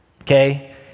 okay